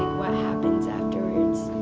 what happens afterwards.